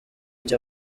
cya